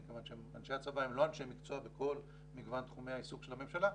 מכיוון שאנשי הצבא הם לא אנשי מקצוע בכל מגוון תחומי העיסוק של הממשלה,